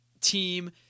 team